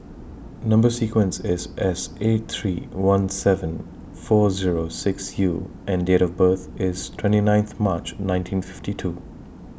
Number sequence IS S eight three one seven four Zero six U and Date of birth IS twenty ninth March nineteen fifty two